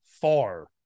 far